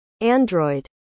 Android